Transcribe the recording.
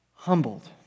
humbled